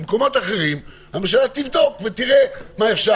במקומות אחרים, הממשלה תבדוק ותראה מה אפשר.